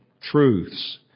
truths